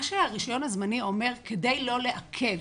הרישיון הזמני אומר שכדי לא לעכב